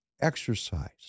exercise